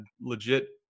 legit